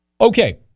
Okay